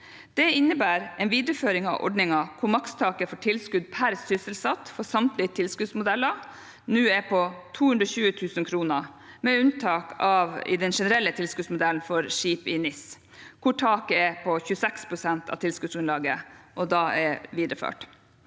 Dette innebærer en videreføring av ordningen, hvor makstaket for tilskudd per sysselsatt for samtlige tilskuddsmodeller nå er på 220 000 kr, med unntak av i den generelle tilskuddsmodellen for skip i NIS, hvor taket på 26 pst. av tilskuddsgrunnlaget er videreført.